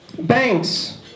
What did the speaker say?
banks